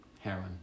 Heroin